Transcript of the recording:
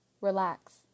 relax